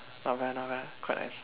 not bad not bad quite nice